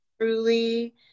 truly